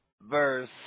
verse